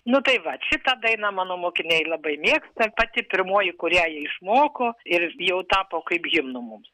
nu tai vat šitą dainą mano mokiniai labai mėgta pati pirmoji kurią jie išmoko ir jau tapo kaip himnu mums